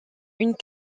une